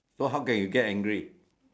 so how can you get angry